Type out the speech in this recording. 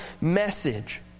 message